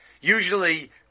Usually